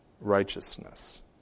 righteousness